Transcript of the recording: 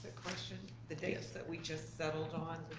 question? the dates that we just settled on,